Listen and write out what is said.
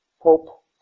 Pope